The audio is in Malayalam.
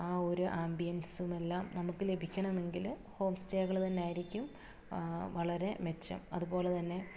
ആ ഒരു ആമ്പിയൻസുമെല്ലാം നമുക്ക് ലഭിക്കണമെങ്കിൽ ഹോം സ്റ്റേകൾ തന്നെയായിരിക്കും വളരെ മെച്ചം അതുപോലെ തന്നെ